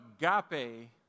agape